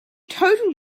total